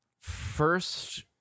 first